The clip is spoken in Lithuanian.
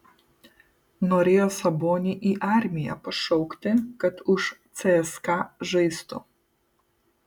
norėjo sabonį į armiją pašaukti kad už cska žaistų